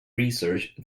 research